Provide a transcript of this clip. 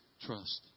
Trust